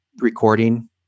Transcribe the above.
recording